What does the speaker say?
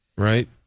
Right